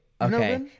Okay